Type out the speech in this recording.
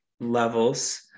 levels